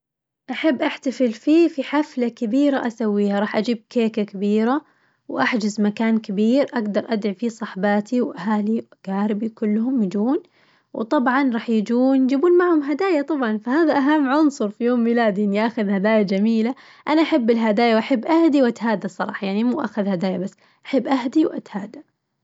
احب أحتفل فيه في حفلة كبيرة أسويها، راح أجيب كيكة كبيرة وأحجز مكان كبير أقدر أدعي فيه صحباتي وأهال- أقاربي كلهم يجيون، طبعاً راح ييجون ويجيبون معهم هدايا طبعاً فهذا أهم عنصر في يوم ميلادي إني آخذ هدايا جميلة، أنا أحب الهدايا وأحب أهدي وأتهادى صراحة يعني مو آخذ هدايا بس، أحب أهدي وأتهادى.